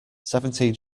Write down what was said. seventeen